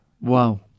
Wow